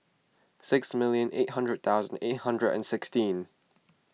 six million eight thousand eight hundred and sixteen